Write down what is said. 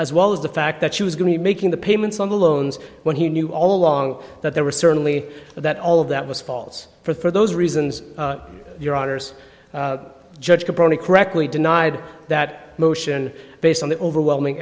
as well as the fact that she was going to be making the payments on the loans when he knew all along that there was certainly that all of that was falls for those reasons your honour's judge could probably correctly denied that motion based on the overwhelming